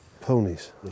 Ponies